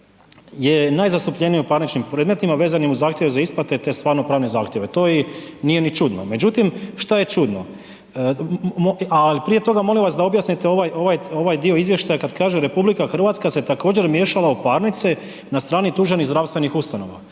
je najzastupljenije u parničnim predmetima vezanim uz zahtjev za isplate te stvarno-pravne zahtjeve, to nije ni čudno međutim šta je čudno? A prije toga molim vas da objasnite ovaj dio izvještaja kad kaže RH se također miješala u parnice na strani tuženih zdravstvenih ustanova.